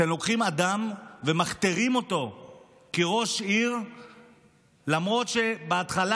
אתם לוקחים אדם ומכתירים אותו כראש עיר למרות שבהתחלה,